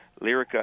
Lyrica